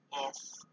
Yes